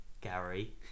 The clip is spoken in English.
Gary